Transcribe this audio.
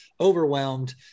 overwhelmed